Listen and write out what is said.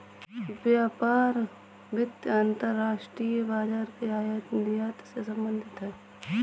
व्यापार वित्त अंतर्राष्ट्रीय बाजार के आयात निर्यात से संबधित है